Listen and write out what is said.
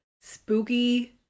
spooky